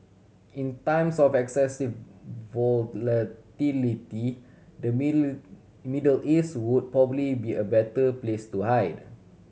in times of excessive volatility the Middle East would probably be a better place to hide